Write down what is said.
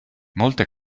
molte